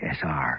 SR